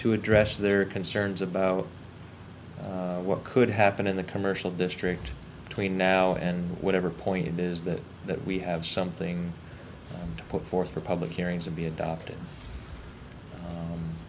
to address their concerns about what could happen in the commercial district tween now and whatever point it is that that we have something to put forth for public hearings to be adopted